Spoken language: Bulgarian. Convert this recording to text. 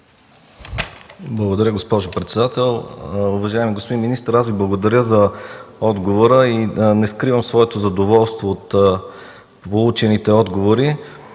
Благодаря, госпожо председател. Уважаеми господин министър, аз Ви благодаря за отговора и не скривам своето задоволство от получените отговори.